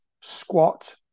squat